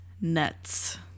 nuts